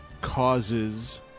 causes